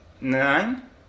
Nine